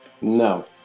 No